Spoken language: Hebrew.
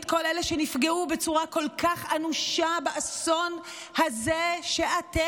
את כל אלה שנפגעו בצורה כל כך אנושה באסון הזה שאתם,